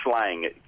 slang